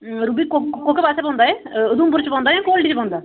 ruby कोह्के कोह्के पास्सै पौंदा एह् उधमपुर च पौंदा एह् जां घोरड़ी च पौंदा